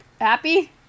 happy